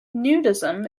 nudism